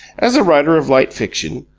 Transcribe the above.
as a writer of light fiction,